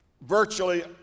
virtually